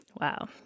Wow